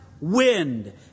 wind